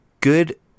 good